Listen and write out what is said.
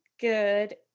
good